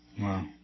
Wow